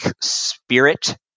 spirit